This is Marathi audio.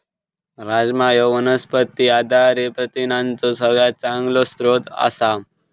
राजमा ह्यो वनस्पतींवर आधारित प्रथिनांचो सगळ्यात चांगलो स्रोत आसा